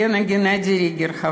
הכרתי את חבר הכנסת גנדי ריגר.